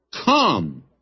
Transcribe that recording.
come